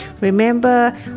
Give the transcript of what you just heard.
remember